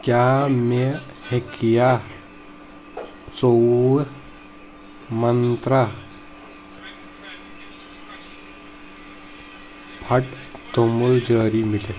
کیٛاہ مےٚ ہیٚکیٛاہ ژووُہ منٛترٛا فڈ توٚمُل جٲری مِلِتھ؟